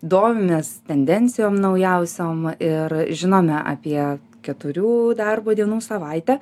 domimės tendencijom naujausiom ir žinome apie keturių darbo dienų savaitę